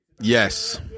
Yes